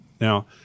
now